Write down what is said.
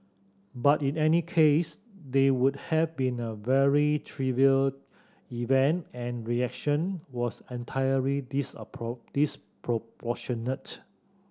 but in any case they would have been a very trivial event and reaction was entirely disproportionate